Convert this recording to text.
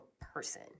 person